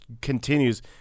continues